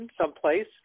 someplace